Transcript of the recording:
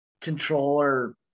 controller